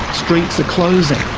streets are closing,